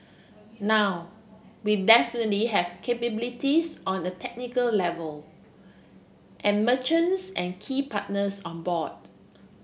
now we definitely have capabilities on the technical level and merchants and key partners on board